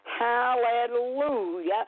Hallelujah